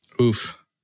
Oof